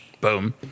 boom